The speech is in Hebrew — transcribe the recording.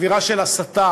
אווירה של הסתה.